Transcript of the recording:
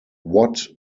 what